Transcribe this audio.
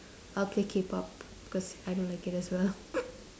I'll play K-pop because I don't like it as well